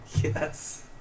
Yes